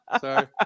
Sorry